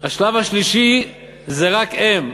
השלב השלישי זה רק הם.